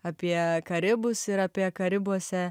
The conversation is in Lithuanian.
apie karibus ir apie karibuose